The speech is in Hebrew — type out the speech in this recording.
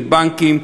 לבנקים,